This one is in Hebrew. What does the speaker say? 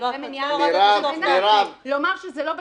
צווי מניעה, כדי לומר שזה לא באפשרותכם.